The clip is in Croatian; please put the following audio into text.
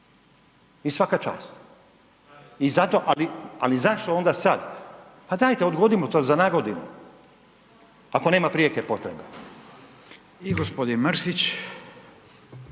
i svaka čast. Ali zašto onda sad, pa dajte odgodimo to za nagodinu ako nema prijeke potrebe. **Radin, Furio